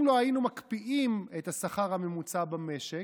אם לא היינו מקפיאים את השכר הממוצע במשק,